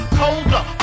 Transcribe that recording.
colder